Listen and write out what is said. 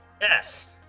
Yes